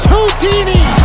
Houdini